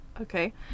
okay